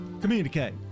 Communicate